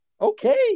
Okay